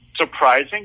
surprising